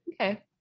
okay